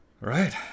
Right